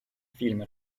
film